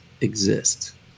exist